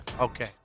Okay